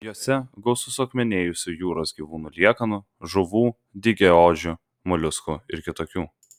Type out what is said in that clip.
jose gausu suakmenėjusių jūros gyvūnų liekanų žuvų dygiaodžių moliuskų ir kitokių